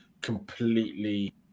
completely